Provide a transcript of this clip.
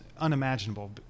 unimaginable